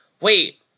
wait